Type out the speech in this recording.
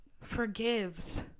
forgives